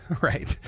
right